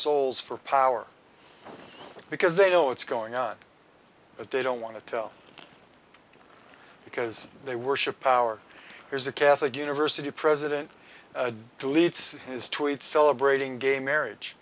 souls for power because they know it's going on but they don't want to tell because they worship power here's a catholic university president to lead his tweets celebrating gay marriage